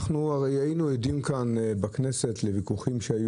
היינו עדים בכנסת לוויכוחים,